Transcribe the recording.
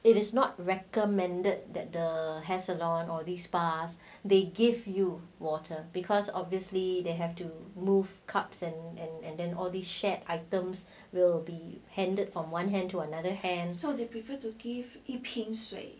it is not recommended that the hair salon or these bars they give you water because obviously they have to move cuts and and and then all these shared items will be handed from one hand to another hand